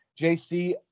JC